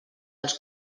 als